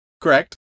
Correct